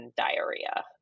diarrhea